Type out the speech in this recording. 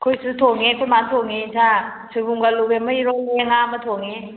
ꯑꯩꯈꯣꯏꯁꯨ ꯊꯣꯡꯉꯦ ꯑꯩꯈꯣꯏ ꯃꯥꯅ ꯊꯣꯡꯉꯦ ꯏꯟꯁꯥꯡ ꯁꯣꯏꯕꯨꯝꯒ ꯑꯂꯨꯒ ꯑꯃ ꯏꯔꯣꯜꯂꯦ ꯉꯥ ꯑꯃ ꯊꯣꯡꯉꯦ